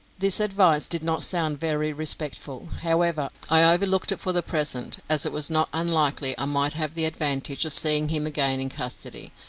this advice did not sound very respectful however, i overlooked it for the present, as it was not unlikely i might have the advantage of seeing him again in custody,